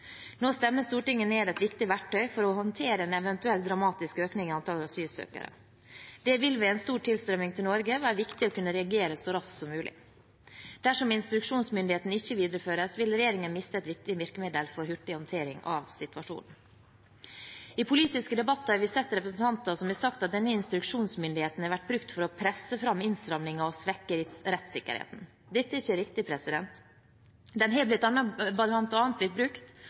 Nå stemmer Stortinget ned et viktig verktøy for å håndtere en eventuell dramatisk økning av antall asylsøkere. Det vil ved en stor tilstrømning til Norge være viktig å kunne reagere så raskt som mulig. Dersom instruksjonsmyndigheten ikke videreføres, vil regjeringen miste et viktig virkemiddel for hurtig håndtering av situasjonen. I politiske debatter har vi sett representanter som har sagt at denne instruksjonsmyndigheten har vært brukt for å presse fram innstramninger og svekke rettssikkerheten. Dette er ikke riktig. Den har bl.a. blitt brukt